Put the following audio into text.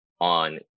on